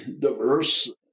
diverse